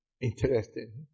interesting